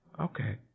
Okay